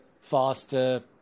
faster